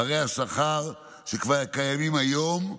פערי השכר שקיימים כבר היום,